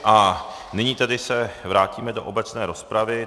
A nyní se vrátíme do obecné rozpravy.